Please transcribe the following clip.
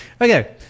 Okay